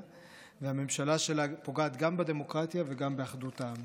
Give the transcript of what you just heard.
והממשלה שלה פוגעת גם בדמוקרטיה וגם באחדות העם.